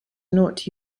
not